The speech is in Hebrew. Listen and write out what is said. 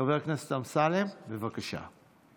חבר הכנסת אמסלם, בבקשה.